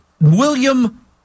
William